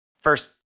first